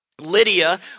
Lydia